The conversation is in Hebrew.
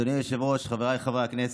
אדוני היושב-ראש, חבריי חברי הכנסת,